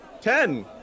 Ten